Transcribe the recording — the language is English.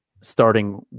starting